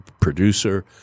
producer